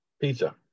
Pizza